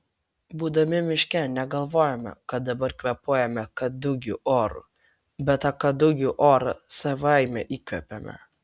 būdami miške negalvojame kad dabar kvėpuojame kadugių oru bet tą kadugių orą savaime įkvepiame